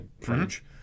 French